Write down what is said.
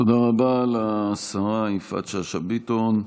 תודה רבה לשרה יפעת שאשא ביטון.